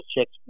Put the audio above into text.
checks